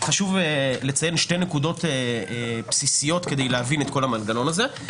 חשוב לציין שתי נקודות בסיסיות כדי להבין את כל המנגנון הזה.